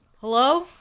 Hello